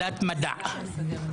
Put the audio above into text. גם אני לא חושב עם רע"מ, תעשי בדיקה.